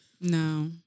No